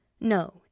No